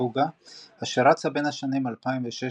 גוטוגה אשר רצה בין השנים 2016-2020